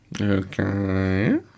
Okay